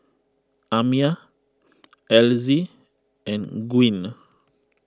Amiah Elzy and Gwyn